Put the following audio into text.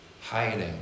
Hiding